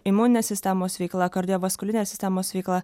imuninės sistemos veikla kardiovaskulinės sistemos veikla